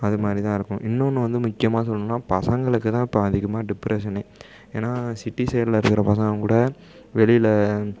அதுமாதிரி தான் இருக்கும் இன்னொன்று வந்து முக்கியமாக சொல்லணும்னா பசங்களுக்கு தான் இப்போ அதிகமாக டிப்ரஷனே ஏன்னால் சிட்டி சைடில் இருக்கிற பசங்க கூட வெளியில்